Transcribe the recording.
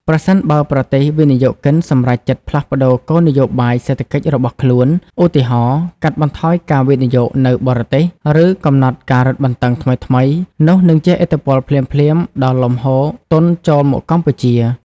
ប្រសិនបើប្រទេសវិនិយោគិនសម្រេចចិត្តផ្លាស់ប្តូរគោលនយោបាយសេដ្ឋកិច្ចរបស់ខ្លួន ឧទាហរណ៍ កាត់បន្ថយការវិនិយោគនៅបរទេស ឬកំណត់ការរឹតបន្តឹងថ្មីៗ នោះនឹងជះឥទ្ធិពលភ្លាមៗដល់លំហូរទុនចូលមកកម្ពុជា។